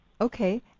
Okay